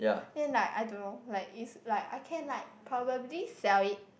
then like I don't know like is like I can like probably sell it